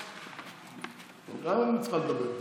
את גם צריכה לדבר.